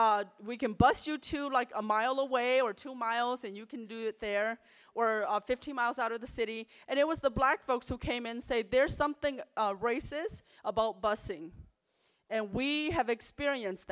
we can bus you to like a mile away or two miles and you can do it there or fifty miles out of the city and it was the black folks who came and said there's something races about busing and we have experienced